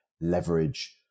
leverage